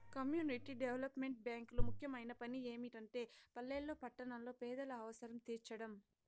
community development బ్యేంకులు ముఖ్యమైన పని ఏమిటంటే పల్లెల్లో పట్టణాల్లో పేదల అవసరం తీర్చడం